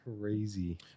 crazy